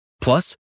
Plus